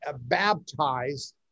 baptized